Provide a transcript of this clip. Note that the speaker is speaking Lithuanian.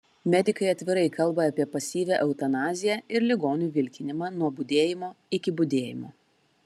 medikai atvirai kalba apie pasyvią eutanaziją ir ligonių vilkinimą nuo budėjimo iki budėjimo